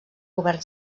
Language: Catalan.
govern